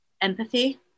empathy